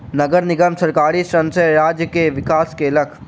नगर निगम सरकारी ऋण सॅ राज्य के विकास केलक